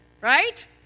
right